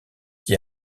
qui